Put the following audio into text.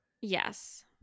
Yes